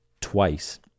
twice